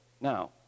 Now